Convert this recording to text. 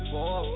Four